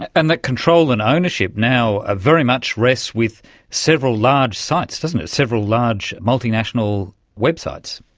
and that control and ownership now ah very much rests with several large sites, doesn't it, several large multinational websites.